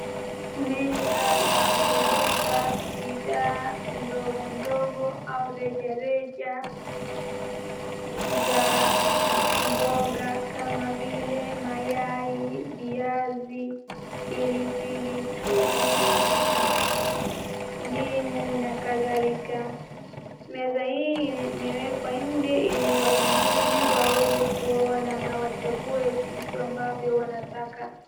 Meza la kuuza bidhaa ndogo ndogo au rejareja za, mboga kama vile mayai, viazi, pilipili chungu, ndimu, na kadhalika. Meza hii imewekwa nje ili wanunuzi waeze kuona na wachague vitu ambavyo wanataka.